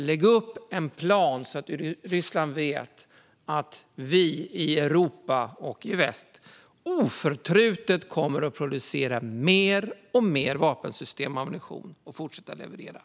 Lägg upp en plan så att Ryssland vet att vi i Europa och i väst oförtrutet kommer att producera mer och mer vapensystem och ammunition och fortsätta leverera!